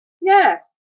Yes